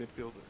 midfielder